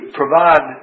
provide